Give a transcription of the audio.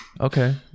Okay